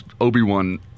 Obi-Wan